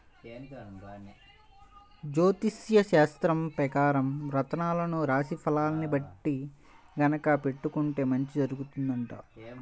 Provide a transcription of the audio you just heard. జ్యోతిష్యశాస్త్రం పెకారం రత్నాలను రాశి ఫలాల్ని బట్టి గనక పెట్టుకుంటే మంచి జరుగుతుందంట